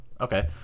okay